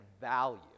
value